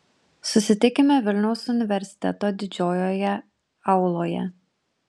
susitikime vilniaus universiteto didžiojoje auloje